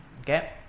okay